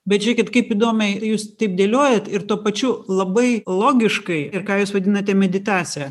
bet žiūrėkit kaip įdomiai jūs taip dėliojat ir tuo pačiu labai logiškai ir ką jūs vadinate meditacija